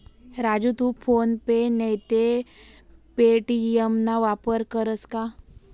राजू तू PhonePe नैते Paytm ना वापर करस का?